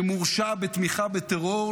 הורשע בתמיכה בטרור,